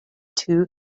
two